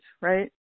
right